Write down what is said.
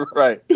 right,